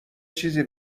چیزی